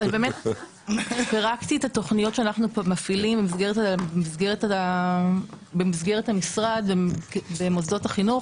פירטתי את התוכניות שאנחנו מפעילים במסגרת המשרד במוסדות החינוך.